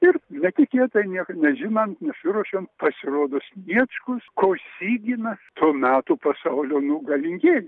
ir netikėtai nieko nežinant nesiruošiant pasirodo sniečkus kosyginas to metų pasaulio nu galingieji